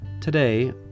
Today